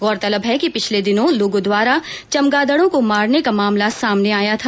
गौरतलब है कि पिछले दिनों लोगों द्वारा चमगादडों को मारने का मामला सामने आया था